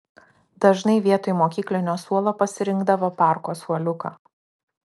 dažnai vietoj mokyklinio suolo pasirinkdavo parko suoliuką